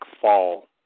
fall